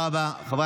מה עם האחיות שלנו?